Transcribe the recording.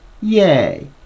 Yay